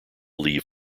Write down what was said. leave